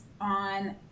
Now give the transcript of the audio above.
on